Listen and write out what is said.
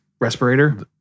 respirator